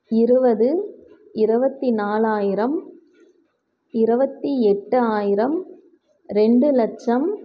இருபது இருபத்தி நாலாயிரம் இருவத்தி எட்டாயிரம் ரெண்டு லட்சம்